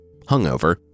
hungover